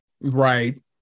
right